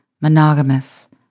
monogamous